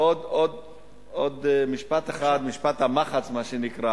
עוד משפט אחד, משפט המחץ מה שנקרא: